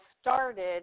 started